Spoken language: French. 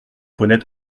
honnête